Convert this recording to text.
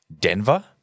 Denver